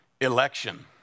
election